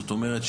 זאת אומרת,